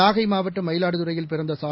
நாகைமாவட்டம் மயிலாடுதுறையில் பிறந்தசா